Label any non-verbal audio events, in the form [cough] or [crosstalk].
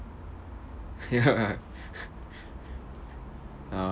ya [laughs] ah